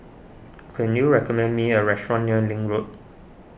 can you recommend me a restaurant near Link Road